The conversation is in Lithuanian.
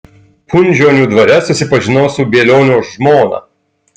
punžionių dvare susipažinau su bielionio žmona